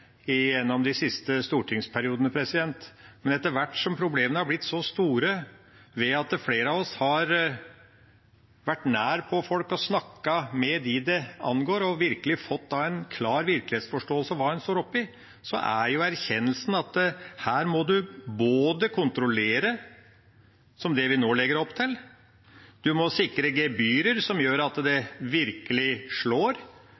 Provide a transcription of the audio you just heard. gjennom de siste stortingsperiodene. Men etter hvert som problemene har blitt så store, og ved at flere av oss har vært nær på folk og snakket med dem det angår og virkelig fått en klar virkelighetsforståelse av hva en står oppe i, er jo erkjennelsen at her må en både kontrollere, som det vi nå legger opp til, og en må sikre gebyrer som gjør at det virkelig slår,